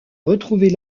retrouver